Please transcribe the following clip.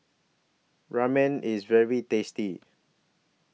Ramen IS very tasty